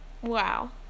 Wow